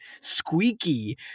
squeaky